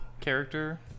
Character